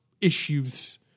issues